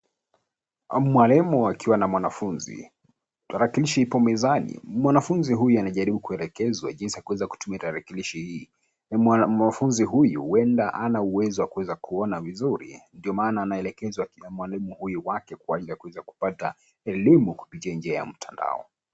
Amwalimu akiwa na mwanafunzi. Tarakilishi ipo mezani. Mwanafunzi huyu anajaribu kuelekezwa jinsi ya kuweza kutumia tarakilishi hii. Na mwanafunzi huyu huenda hana uwezo wa kuweza kuona vizuri, ndio maana anaelekezwa na mwalimu huyu wake kwa ili ya kuweza kupata elimu kupitia kwa njia ya mtandao.